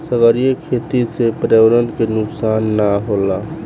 सागरीय खेती से पर्यावरण के नुकसान ना होला